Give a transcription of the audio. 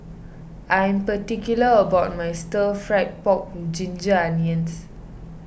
I am particular about my Stir Fried Pork with Ginger Onions